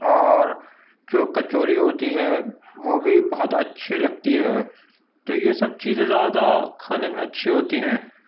اور جو کچوری ہوتی ہے وہ بھی بہت اچھی لگتی ہے تو یہ سب چیزیں زیادہ کھانے میں اچھی ہوتی ہیں